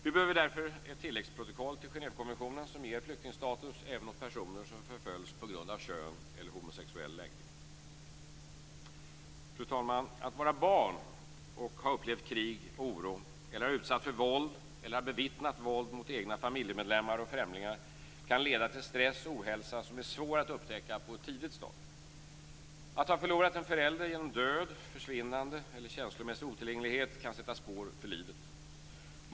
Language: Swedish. Vi behöver därför ett tilläggsprotokoll till Genèvekonventionen som ger flyktingstatus även åt personer som förföljs på grund av kön eller homosexuell läggning. Fru talman! Att vara barn och ha upplevt krig och oro, att ha utsatts för våld eller att ha bevittnat våld mot egna familjemedlemmar och främlingar kan leda till stress och ohälsa som är svår att upptäcka på ett tidigt stadium. Att ha förlorat en förälder genom död, försvinnande eller känslomässig otillgänglighet kan sätta spår för livet.